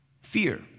fear